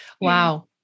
Wow